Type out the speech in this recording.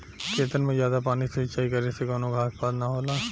खेतन मे जादा पानी से सिंचाई करे से कवनो घास पात ना होला